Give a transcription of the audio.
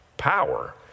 power